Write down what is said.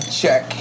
check